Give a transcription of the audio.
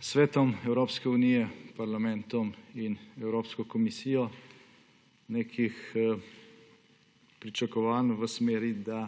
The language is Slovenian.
Svetom Evropske unije, Evropskim parlamentom in Evropsko komisijo, nekih pričakovanj v smeri, da